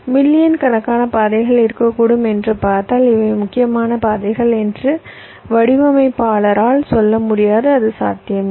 million கணக்கான பாதைகள் இருக்கக்கூடும் என்று பார்ப்பதால் இவை முக்கியமான பாதைகள் என்று வடிவமைப்பாளரால் சொல்ல முடியாது அது சாத்தியமில்லை